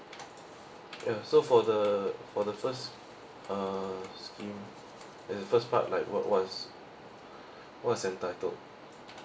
ya so for the for the first uh scheme there's a first part like what what's what's entitled